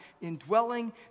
indwelling